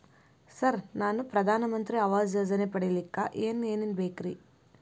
Sir ನಾನು ಪ್ರಧಾನ ಮಂತ್ರಿ ಆವಾಸ್ ಯೋಜನೆ ಪಡಿಯಲ್ಲಿಕ್ಕ್ ಏನ್ ಏನ್ ಬೇಕ್ರಿ?